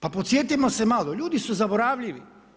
Pa podsjetimo se malo, ljudi su zaboravljivi.